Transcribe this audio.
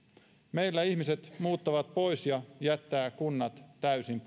meillä ihmiset muuttavat pois ja jättävät kunnat täysin